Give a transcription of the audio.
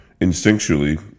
Instinctually